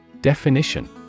Definition